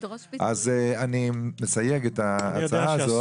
אז אני מסייג את ההצעה הזאת.